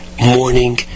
Morning